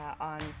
on